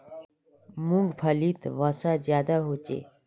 मूंग्फलीत वसा ज्यादा होचे